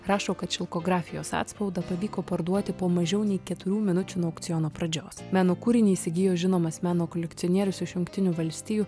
rašo kad šilkografijos atspaudą pavyko parduoti po mažiau nei keturių minučių nuo aukciono pradžios meno kūrinį įsigijo žinomas meno kolekcionierius iš jungtinių valstijų